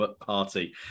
party